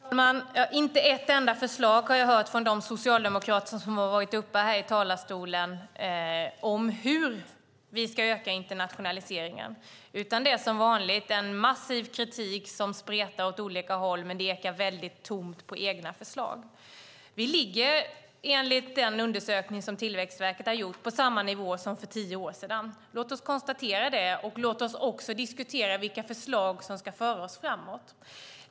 Herr talman! Inte ett enda förslag om hur vi ska öka internationaliseringen har jag hört från de socialdemokrater som har varit uppe i talarstolen. Det är som vanligt en massiv kritik som spretar åt olika håll men ekar tom på egna förslag. Enligt den undersökning som Tillväxtverket har gjort ligger vi på samma nivå som för tio år sedan. Låt oss konstatera det, och låt oss diskutera vilka förslag som ska föra oss framåt!